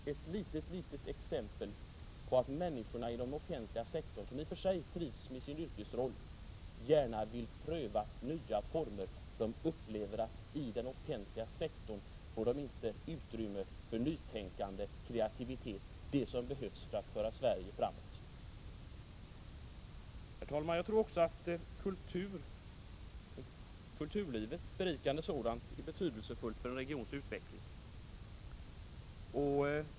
Det är ett litet exempel på att människor i den offentliga sektorn, som i och för sig trivs med sin yrkesroll, gärna vill pröva nya former. I den offentliga sektorn finns inte utrymme för det nytänkande och den kreativitet som behövs för att föra Sverige framåt. Herr talman! Ett berikande kulturliv är betydelsefullt för en regions utveckling.